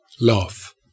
Love